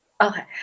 Okay